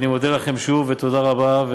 אני מודה לכם שוב, ותודה רבה.